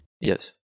Yes